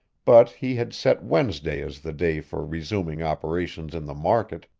but he had set wednesday as the day for resuming operations in the market,